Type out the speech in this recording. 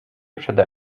przede